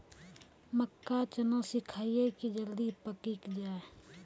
मक्का चना सिखाइए कि जल्दी पक की जय?